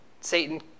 Satan